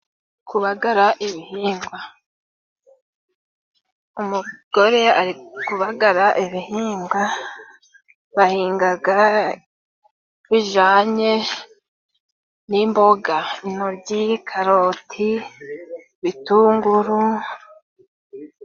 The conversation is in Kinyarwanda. Kubagara ibihingwa. Umugore ari kubagara ibihingwa bahingaga bijanye n'imboga, intoryi, karoti, ibitunguru.